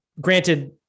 granted